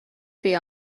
bhí